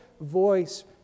voice